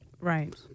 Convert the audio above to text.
Right